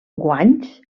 guanys